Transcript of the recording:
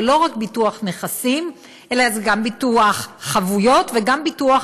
זה לא רק ביטוח נכסים אלא זה גם ביטוח חבויות וגם ביטוח